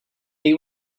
they